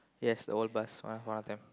yes the old bus one point of time